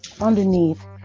Underneath